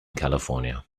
california